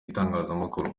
itangazamakuru